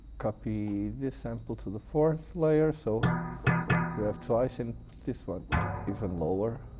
copy this sample to the fourth layer so you have twice in this one even lower